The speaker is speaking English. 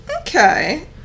Okay